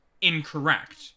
incorrect